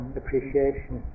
appreciation